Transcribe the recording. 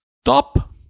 Stop